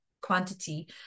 quantity